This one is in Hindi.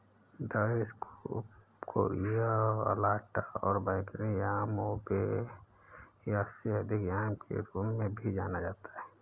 डायोस्कोरिया अलाटा को बैंगनी याम उबे या उससे अधिक याम के रूप में भी जाना जाता है